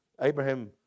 abraham